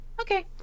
okay